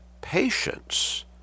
patience